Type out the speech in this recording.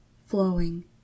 flowing